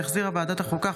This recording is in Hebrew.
שהחזירה ועדת החוקה,